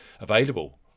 Available